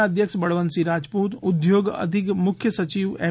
ના અધ્યક્ષ બળવંતસિંહ રાજપૂત ઉદ્યોગ અધિક મુખ્ય સચિવ એમ